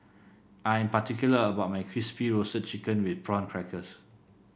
I am particular about my Crispy Roasted Chicken with Prawn Crackers